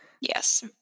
Yes